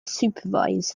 supervise